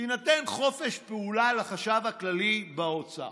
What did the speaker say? יינתן חופש פעולה לחשב הכללי באוצר,